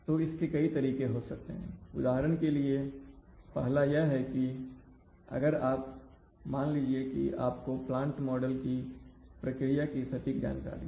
तो इसके कई तरीके हो सकते हैं उदाहरण के लिए पहला यह है कि अगर आप मान लीजिए कि आपको प्लांट मॉडल की प्रक्रिया की सटीक जानकारी है